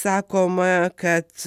sakoma kad